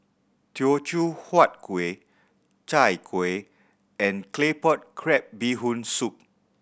Teochew Huat Kuih Chai Kueh and Claypot Crab Bee Hoon Soup